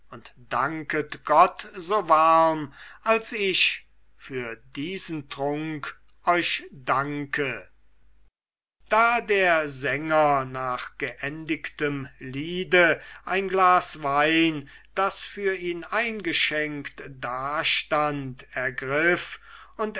und danket gott so warm als ich für diesen trunk euch danke da der sänger nach geendigtem liede ein glas wein das für ihn eingeschenkt dastand ergriff und